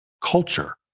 culture